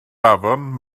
afon